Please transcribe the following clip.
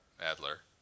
Adler